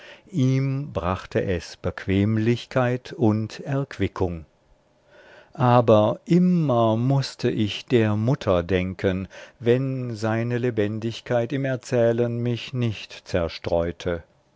ihm brachte es bequemlichkeit und erquickung aber immer mußte ich der mutter denken wenn seine lebendigkeit im erzählen mich nicht zerstreute